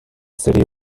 city